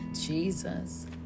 Jesus